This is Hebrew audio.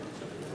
נתקבלה.